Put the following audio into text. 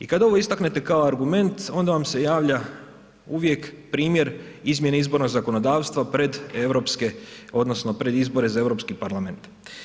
I kad ovo istaknete kao argument onda vam se javlja uvijek primjer izmjene izbornog zakonodavstva pred europske odnosno pred izbore za Europski parlament.